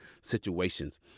situations